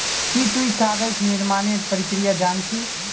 की तुई कागज निर्मानेर प्रक्रिया जान छि